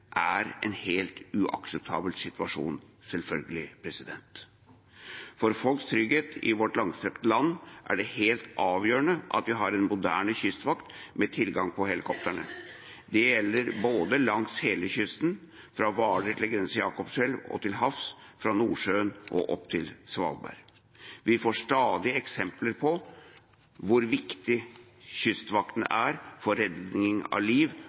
er en helt uakseptabel situasjon, selvfølgelig. For folks trygghet i vårt langstrakte land er det helt avgjørende at vi har en moderne kystvakt med tilgang på helikoptre. Det gjelder både langs hele kysten fra Hvaler til Grense Jakobselv og til havs fra Nordsjøen og opp til Svalbard. Vi får stadig eksempler på hvor viktig Kystvakten er for redning av liv